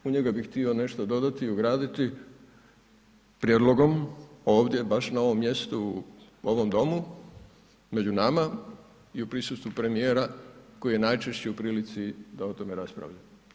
U njega bih htio nešto dodati i ugraditi prijedlogom ovdje, baš na ovom mjestu u ovom Domu, među nama i u prisustvu premijera koji je najčešće u prilici da o tome raspravlja.